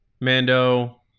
mando